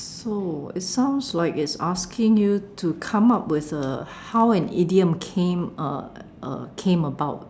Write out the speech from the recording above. so it sounds like it's asking you to come up with uh how an idiom came uh uh came about